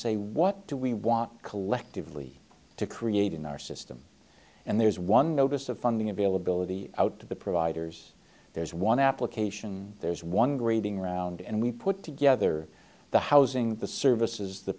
say what do we want collectively to create in our system and there's one notice of funding availability out to the providers there's one application there's one grading around and we put together the housing the services the